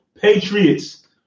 Patriots